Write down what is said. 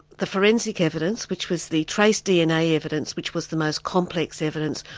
the forensic evidence which was the trace dna evidence, which was the most complex evidence,